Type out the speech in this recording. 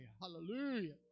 Hallelujah